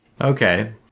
Okay